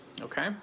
okay